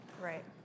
Right